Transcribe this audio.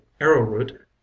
arrowroot